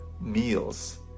meals